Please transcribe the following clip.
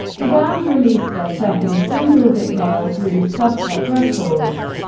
the band released their second single, dicknail, through sub pop records.